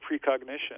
precognition